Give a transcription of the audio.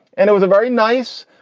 and it was a very nice,